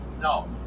No